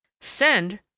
Send